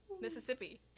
Mississippi